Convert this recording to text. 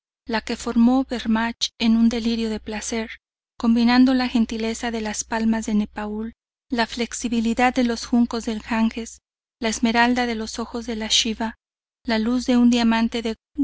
la que formo bermach en un delirio de placer combinando la gentileza de las palmas de nepaul la flexibilidad de los juncos del ganges la esmeralda de los ojos de una schiva la luz de un diamante de